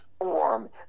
form